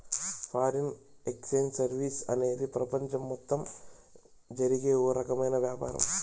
foreign exchange services అనేది ప్రపంచం మొత్తం జరిగే ఓ రకమైన వ్యాపారం